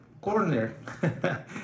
corner